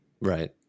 Right